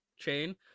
chain